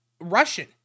Russian